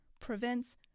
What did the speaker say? prevents